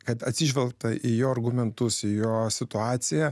kad atsižvelgta į jo argumentus jo situaciją